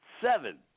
Seven